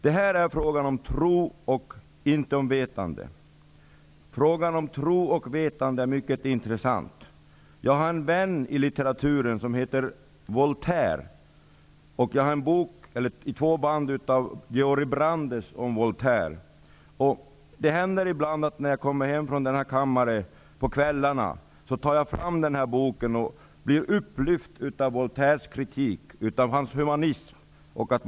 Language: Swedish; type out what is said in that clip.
Det här är fråga om tro, inte om vetande. Frågan om tro och vetande är mycket intressant. Jag har en vän i litteraturens värld som heter Voltaire. Jag har en bok i två band av Georg Brandes om Voltaire. Det händer ibland när jag kommer hem på kvällarna från denna kammare att jag tar fram denna bok och blir upplyft av den kritik och humanism som Voltaire ger uttryck för.